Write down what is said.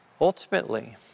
Ultimately